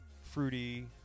fruity